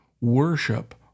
worship